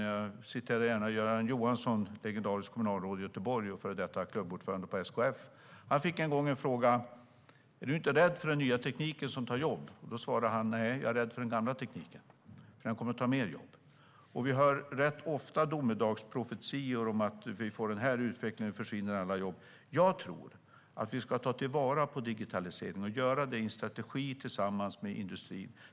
Jag citerar gärna Göran Johansson, legendariskt kommunalråd i Göteborg och före detta klubbordförande på SKF. Han fick en gång frågan: Är du inte rädd för den nya tekniken, som tar jobb? Han svarade: Nej, jag är rädd för den gamla tekniken, för den kommer att ta fler jobb. Vi hör rätt ofta domedagsprofetior: Om vi får den här utvecklingen försvinner alla jobb. Jag tror att vi ska ta vara på digitaliseringen och göra det i en strategi tillsammans med industrin.